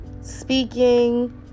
Speaking